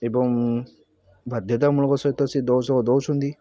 ଏବଂ ବାଧ୍ୟାତାମୂଳକ ସହିତ ସେ ଦେଉଛନ୍ତି